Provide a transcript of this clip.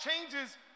changes